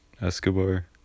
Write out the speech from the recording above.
Escobar